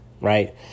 right